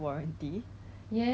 is more lighter